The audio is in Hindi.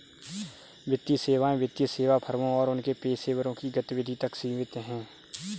वित्तीय सेवाएं वित्तीय सेवा फर्मों और उनके पेशेवरों की गतिविधि तक सीमित हैं